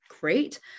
great